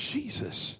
Jesus